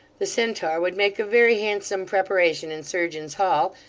the centaur would make a very handsome preparation in surgeons' hall,